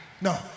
No